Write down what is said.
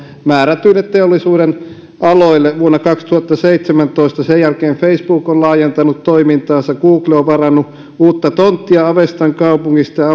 määrätyille teollisuudenaloille vuonna kaksituhattaseitsemäntoista sen jälkeen facebook on laajentanut toimintaansa google on varannut uutta tonttia avestan kaupungista